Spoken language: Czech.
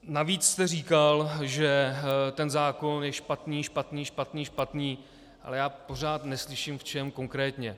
Navíc jste říkal, že ten zákon je špatný, špatný, špatný, špatný, ale já pořád neslyším, v čem konkrétně.